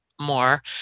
more